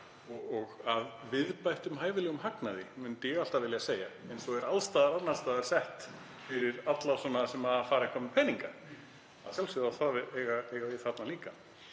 á, að viðbættum hæfilegum hagnaði, myndi ég alltaf vilja segja, eins og er alls staðar annars staðar fyrir alla sem fara eitthvað með peninga. Að sjálfsögðu á það að eiga við þarna líka.